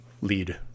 lead